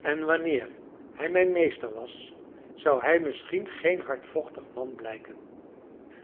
en wanneer hij mijn meester was zou hij misschien geen hardvochtig man blijken